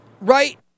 Right